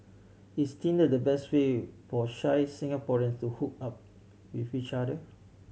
is Tinder the best way for shy Singaporeans to hook up with each other